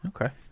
Okay